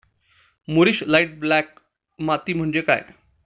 मूरिश light black माती म्हणजे काय?